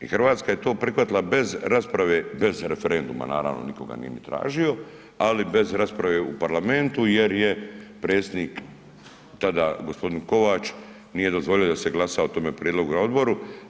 I Hrvatska je to prihvatila bez rasprave, bez referenduma, naravno nitko ga nije ni tražio, ali bez rasprave u Parlamentu jer je predsjednik tada gospodin Kovač, nije dozvolio da se glasa o tome prijedlogu na odboru.